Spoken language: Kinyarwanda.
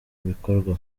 bikorwa